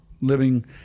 living